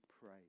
pray